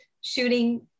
shooting